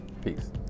Peace